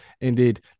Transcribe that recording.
Indeed